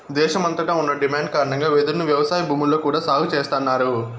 దేశమంతట ఉన్న డిమాండ్ కారణంగా వెదురును వ్యవసాయ భూముల్లో కూడా సాగు చేస్తన్నారు